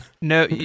No